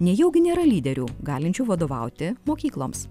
nejaugi nėra lyderių galinčių vadovauti mokykloms